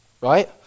Right